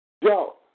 Yo